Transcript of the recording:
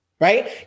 right